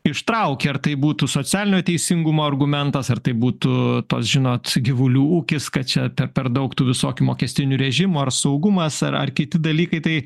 ištraukia ar tai būtų socialinio teisingumo argumentas ar tai būtų tas žinot gyvulių ūkis kad čia ta per daug tų visokių mokestinių režimų ar saugumas ar ar kiti dalykai tai